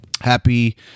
happy